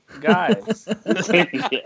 guys